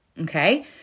Okay